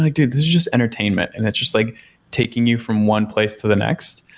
like, dude, this is just entertainment and it's just like taking you from one place to the next.